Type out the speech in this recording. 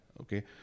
Okay